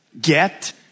get